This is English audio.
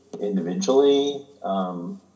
individually